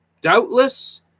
doubtless